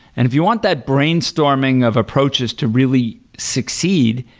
and if you want that brainstorming of approaches to really succeed,